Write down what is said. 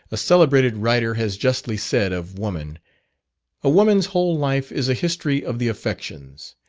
a celebrated writer has justly said of woman a woman's whole life is a history of the affections.